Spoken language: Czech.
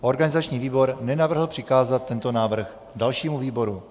Organizační výbor nenavrhl přikázat tento návrh dalšímu výboru.